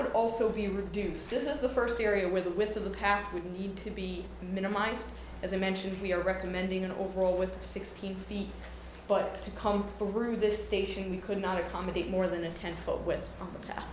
would also be reduced this is the first area where the width of the path would need to be minimized as i mentioned we are recommending an overall with sixteen feet but to come through this station we could not accommodate more than a ten fold with that